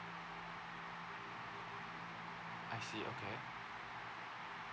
I see okay